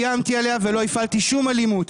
לא איימתי עליה ולא הפעלתי שום אלימות.